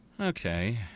Okay